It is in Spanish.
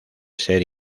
ser